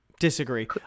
disagree